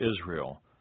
Israel